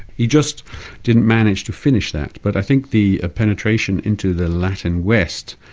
he just didn't manage to finish that, but i think the penetration into the latin west,